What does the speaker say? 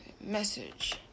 message